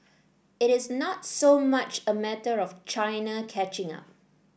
it is not so much a matter of China catching up